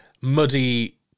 muddy